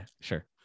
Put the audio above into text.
sure